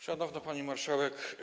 Szanowna Pani Marszałek!